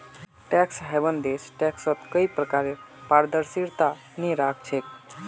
tax haven देश टैक्सत कोई प्रकारक पारदर्शिता नइ राख छेक